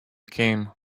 came